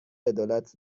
عدالت